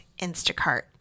Instacart